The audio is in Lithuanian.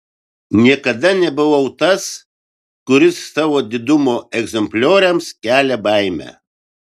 niekada nebuvau tas kuris savo didumo egzemplioriams kelia baimę